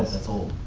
that's old.